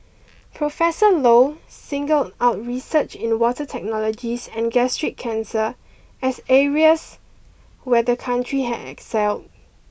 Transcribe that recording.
Professor Low singled out research in water technologies and gastric cancer as areas where the country had excelled